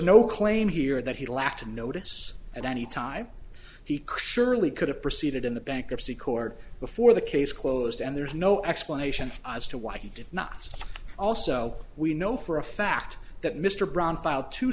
no claim here that he lacked notice at any time he could surely could have proceeded in the bankruptcy court before the case closed and there's no explanation as to why he did not also we know for a fact that mr